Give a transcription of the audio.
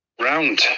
round